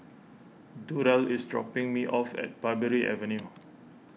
Durrell is dropping me off at Parbury Avenue